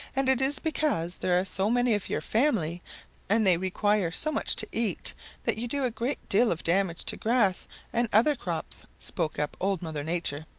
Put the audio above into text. and it is because there are so many of your family and they require so much to eat that you do a great deal of damage to grass and other crops, spoke up old mother nature.